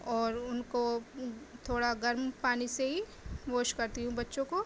اور ان کو تھوڑا گرم پانی سے ہی واش کرتی ہوں بچوں کو